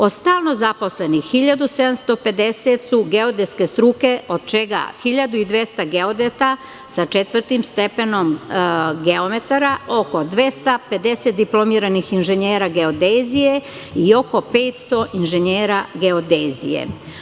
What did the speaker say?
Od stalno zaposlenih 1.750 su geodetske struke, od čega 1.200 geodeta sa četvrtim stepenom geometara, oko 250 diplomiranih inženjera geodezije i oko 500 inženjera geodezije.